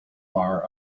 bar